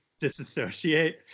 disassociate